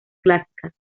clásicas